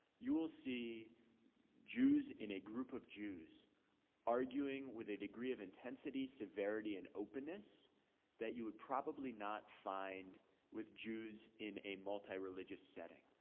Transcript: you will see jews in a group of jews arguing with a degree of intensity, severity, and openness that you would probably not find with jews in a multireligious setting.